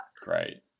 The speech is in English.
Great